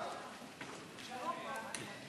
לא סיימתי.